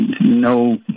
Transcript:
no